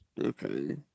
Okay